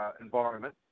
environment